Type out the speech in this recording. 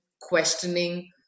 questioning